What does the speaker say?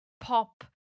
pop